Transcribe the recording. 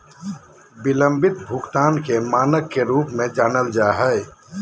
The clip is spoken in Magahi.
बिलम्बित भुगतान के मानक के रूप में जानल जा हइ